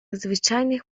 надзвичайних